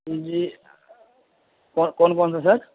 جی اور کون کون سے سر